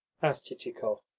asked chichikov.